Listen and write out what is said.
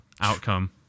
outcome